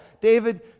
David